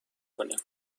کنیم